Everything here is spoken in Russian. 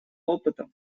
опыта